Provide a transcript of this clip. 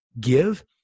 give